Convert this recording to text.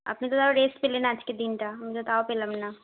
আপনি তো তাও রেস্ট পেলেন আজকের দিনটা আমি তো তাও পেলাম না